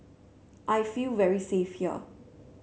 I feel very safe here